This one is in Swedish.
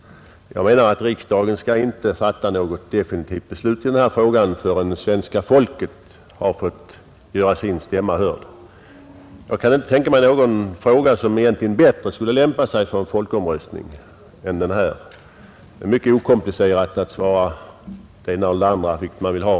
Jag menar nämligen att riksdagen inte skall fatta något definitivt beslut i denna fråga förrän svenska folket har fått göra sin stämma hörd. Jag kan egentligen inte tänka mig någon fråga som skulle lämpa sig bättre än denna för en folkomröstning. Det är mycket okomplicerat att svara på frågan vilket statsskick man vill ha.